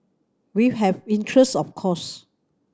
we've have interest of course